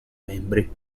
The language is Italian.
membri